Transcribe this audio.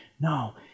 no